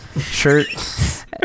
shirt